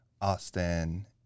Austin